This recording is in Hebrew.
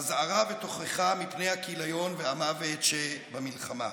אזהרה ותוכחה מפני הכיליון והמוות שבמלחמה.